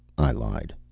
i lied.